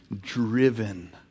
driven